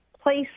place